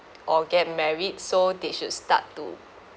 or get married so they should start to